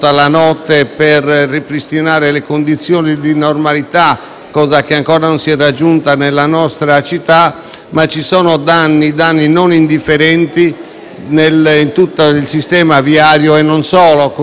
cosa che ancora non si è raggiunta nella nostra città. Sono stati provocati danni non indifferenti a tutto il sistema viario e non solo. Si consideri che la raffineria Saras è stata per un certo periodo